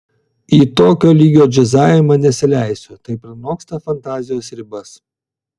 į tokio lygio džiazavimą nesileisiu tai pranoksta fantazijos ribas